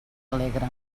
alegre